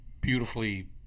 beautifully